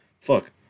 Fuck